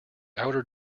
outer